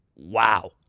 Wow